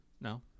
No